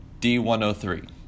D103